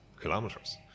kilometers